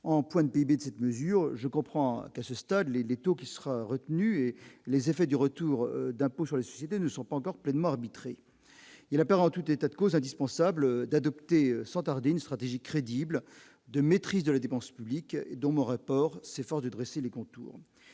en points de PIB de cette mesure, je comprends qu'à ce stade les les taux qui sera retenu et les effets du retour d'impôt sur le super ne sont pas encore pleinement arbitrer et la peur en tout état de cause, indispensable d'adopter sans tarder une stratégie crédible de maîtrise de la dépense publique et donc vous s'efforce de dresser les contours